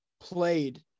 played